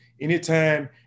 Anytime